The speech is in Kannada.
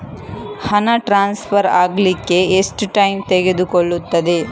ಹಣ ಟ್ರಾನ್ಸ್ಫರ್ ಅಗ್ಲಿಕ್ಕೆ ಎಷ್ಟು ಟೈಮ್ ತೆಗೆದುಕೊಳ್ಳುತ್ತದೆ?